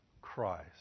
Christ